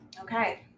Okay